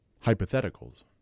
hypotheticals